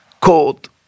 cold